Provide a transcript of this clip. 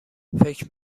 فکر